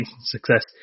success